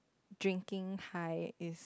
drinking high is